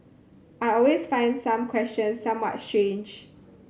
I always find some questions somewhat strange